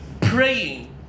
praying